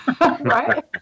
right